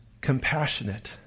compassionate